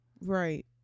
Right